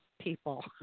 people